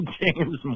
James